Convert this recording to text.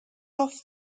off